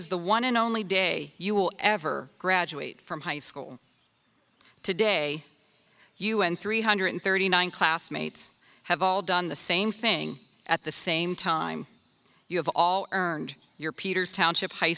is the one and only day you will ever graduate from high school today you and three hundred thirty nine classmates have all done the same thing at the same time you have all earned your peters township high